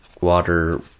water